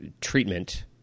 treatment